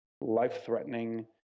life-threatening